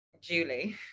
Julie